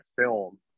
film